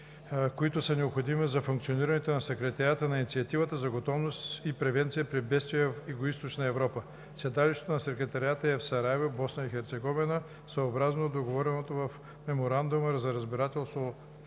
които са необходими за функционирането на Секретариата на Инициативата за готовност и превенция при бедствия в Югоизточна Европа. Седалището на Секретариата е в Сараево, Босна и Херцеговина съобразно договореното в Меморандума за разбирателство